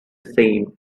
same